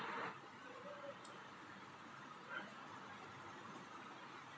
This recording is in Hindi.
क्या भूमि अवक्रमण को मानव प्रेरित प्रक्रिया में शामिल किया जाता है?